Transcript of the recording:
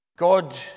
God